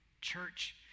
Church